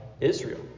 Israel